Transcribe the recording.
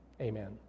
Amen